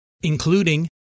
including